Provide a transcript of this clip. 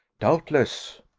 doubtless!